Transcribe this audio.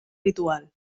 ritual